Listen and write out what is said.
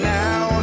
now